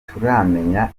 ntituramenya